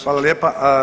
Hvala lijepa.